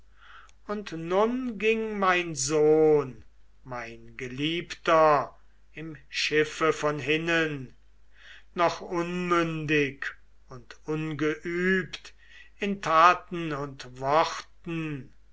und nun ging mein sohn mein geliebter im schiffe von hinnen noch unmündig und ungeübt in taten und worten